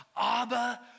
Abba